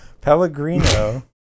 Pellegrino